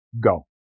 go